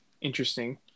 interesting